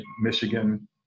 Michigan